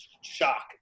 shock